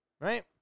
right